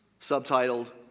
subtitled